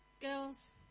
girls